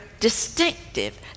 distinctive